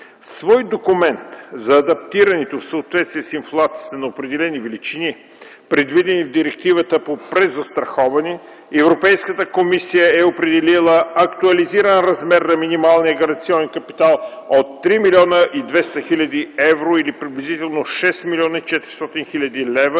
свой документ за адаптирането в съответствие с инфлацията на определени величини, предвидени в Директивата по презастраховане, Европейската комисия е определила актуализиран размер на минималния гаранционен капитал от 3 млн. 200 хил. евро или приблизително 6 млн. 400 хил. лв.